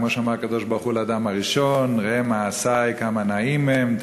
כמו שאמר הקדוש-ברוך-הוא לאדם הראשון: ראה מעשי כמה נאים הם,